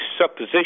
supposition